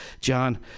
John